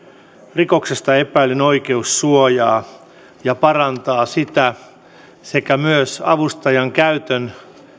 rikoksesta epäillyn oikeussuojaa ja parantaa sitä sekä myös avustajan käytön